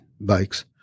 bikes